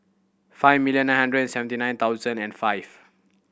five million nine hundred and fifty nine thousand and five